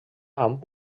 amb